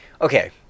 okay